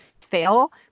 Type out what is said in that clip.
fail